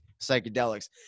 psychedelics